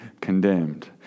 condemned